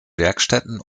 werkstätten